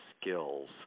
skills